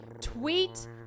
Tweet